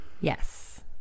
Yes